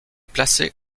placé